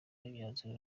n’imyanzuro